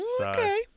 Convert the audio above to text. okay